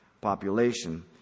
population